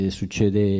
succede